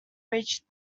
reached